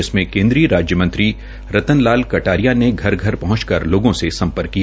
जिसमे केंद्रीय राज्य मंत्री रत्न लाल कटारिया ने घर घर पहंच लोगो से सम्पर्क किया